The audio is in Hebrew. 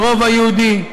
ברובע היהודי,